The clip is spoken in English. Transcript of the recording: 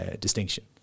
distinction